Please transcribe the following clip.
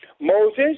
Moses